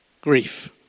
grief